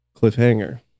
Cliffhanger